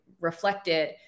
reflected